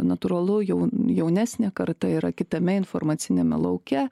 natūralu jau jaunesnė karta yra kitame informaciniame lauke